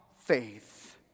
faith